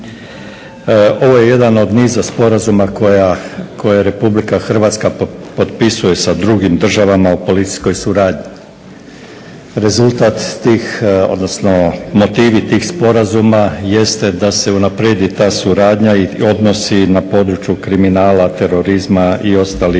Ovo je jedan od niza sporazuma koji Republika Hrvatska potpisuje sa drugim državama o policijskoj suradnji. Rezultat tih odnosno motivi tih sporazuma jeste da se unaprijedi ta suradnja i odnosi na području kriminala, terorizma i ostalih